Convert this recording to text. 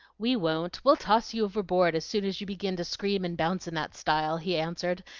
we won't we'll toss you overboard as soon as you begin to scream and bounce in that style, he answered,